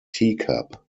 teacup